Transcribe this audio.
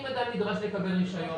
אם אדם נדרש לרישיון,